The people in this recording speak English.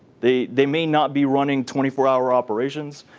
they they may not be running twenty four hour operations,